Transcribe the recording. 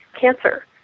cancer